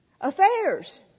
affairs